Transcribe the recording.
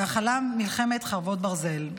והחלה מלחמת חרבות ברזל.